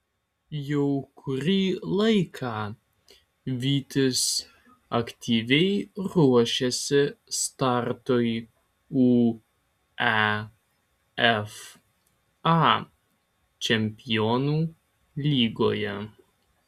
jau kurį laiką vytis aktyviai ruošiasi startui uefa čempionų lygoje